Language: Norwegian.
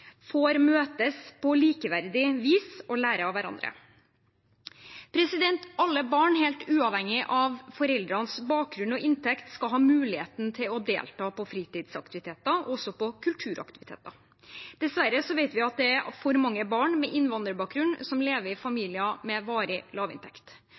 får møtes på likeverdig vis og lære av hverandre. Alle barn, helt uavhengig av foreldrenes bakgrunn og inntekt, skal ha muligheten til å delta på fritidsaktiviteter, også på kulturaktiviteter. Dessverre vet vi at det er for mange barn med innvandrerbakgrunn som lever i